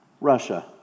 Russia